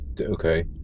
Okay